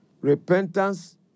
repentance